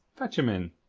fetch him in.